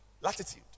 Latitude